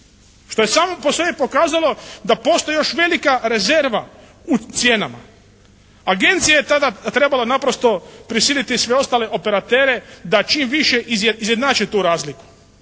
što je samo po sebi pokazalo da postoji još velika rezerva u cijenama. Agencija je tada trebala naprosto prisiliti sve ostale operatere da čim više izjednače tu razliku.